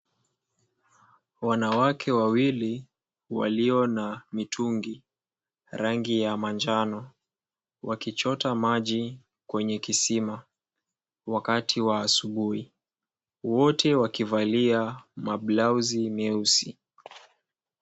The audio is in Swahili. Wanawake wawili walio na mitungi rangi ya manjano, wakichota maji kwenye kisima wakati wa asubui, wote wakivalia mablauzi meusi.